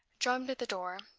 drummed at the door,